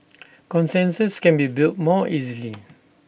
consensus can be built more easily